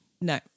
No